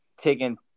taking